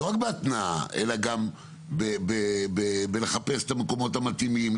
לא רק בהתנעה אלא גם בלחפש את המקומות המתאימים,